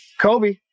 Kobe